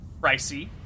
pricey